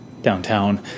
downtown